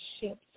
ships